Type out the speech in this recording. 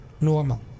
normal